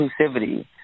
inclusivity